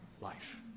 life